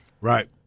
right